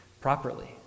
properly